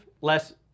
less